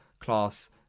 class